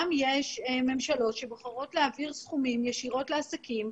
יש ממשלות שבוחרות להעביר סכומים כמענק,